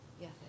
Yes